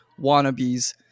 wannabes